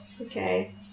Okay